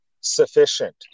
sufficient